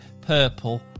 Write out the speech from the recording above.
purple